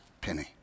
penny